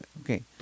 Okay